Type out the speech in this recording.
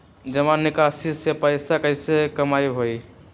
जमा निकासी से पैसा कईसे कमाई होई?